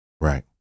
Right